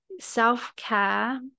Self-care